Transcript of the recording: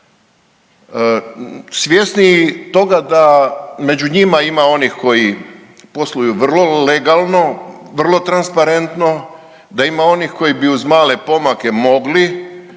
svjesniji toga da među njima ima onih koji posluju vrlo legalno, vrlo transparentno, da ima onih koji bi uz male pomake mogli